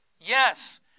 Yes